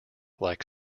like